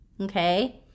okay